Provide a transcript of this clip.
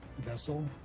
vessel